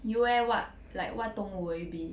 you eh what like what 动物 will you be